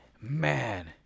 man